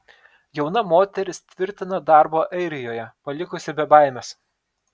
jauna moteris tvirtina darbą airijoje palikusi be baimės